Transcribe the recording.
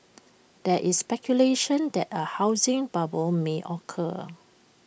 there is speculation that A housing bubble may occur